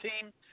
team